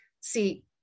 see